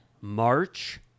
March